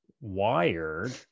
wired